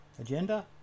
agenda